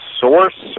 source